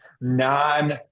non